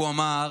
הוא אמר: